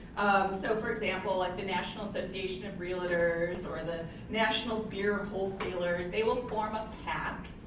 so for example, like the national association of realtors or the national beer wholesalers, they will form a pac.